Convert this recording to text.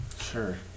Sure